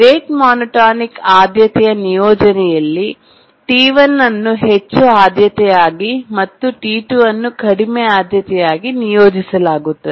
rate monotonic ಆದ್ಯತೆಯ ನಿಯೋಜನೆಯಲ್ಲಿ T1 ಅನ್ನು ಹೆಚ್ಚಿನ ಆದ್ಯತೆಯಾಗಿ ಮತ್ತು T2 ಅನ್ನು ಕಡಿಮೆ ಆದ್ಯತೆಯಾಗಿ ನಿಯೋಜಿಸಲಾಗುತ್ತದೆ